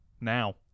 now